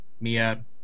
Mia